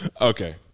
Okay